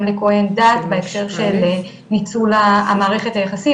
לכוהן דת בהקשר של ניצול המערכת היחסים,